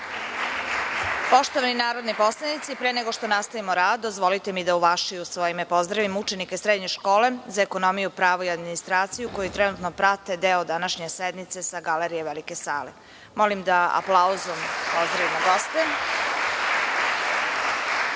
Poštovani narodni poslanici, pre nego što nastavimo rad, dozvolite mi da u vaše i u svoje ime pozdravim učenike Srednje škole za ekonomiju, pravo i administraciju, koji trenutno prate deo današnje sednice sa galerije velike sale. Molim da aplauzom pozdravimo goste. Reč